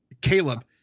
Caleb